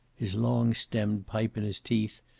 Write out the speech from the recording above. his long-stemmed pipe in his teeth,